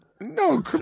No